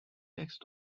texts